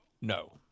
no